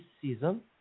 season